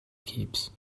keeps